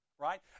right